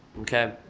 okay